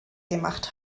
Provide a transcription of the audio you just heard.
gemacht